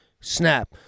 snap